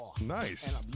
Nice